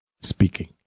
speaking